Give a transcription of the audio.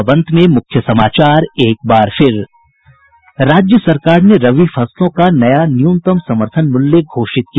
और अब अंत में मुख्य समाचार राज्य सरकार ने रबी फसलों का नया न्यूनतम समर्थन मूल्य घोषित किया